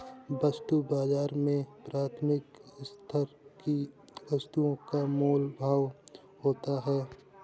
वस्तु बाजार में प्राथमिक स्तर की वस्तुओं का मोल भाव होता है